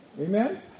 Amen